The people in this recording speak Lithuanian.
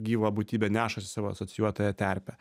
gyva būtybė nešasi savo asocijuotąją terpę